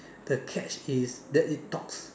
the catch is that it talks